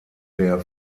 der